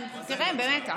תראה, הם במתח.